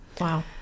wow